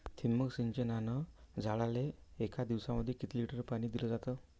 ठिबक सिंचनानं झाडाले एक दिवसामंदी किती लिटर पाणी दिलं जातं?